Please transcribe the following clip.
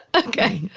okay.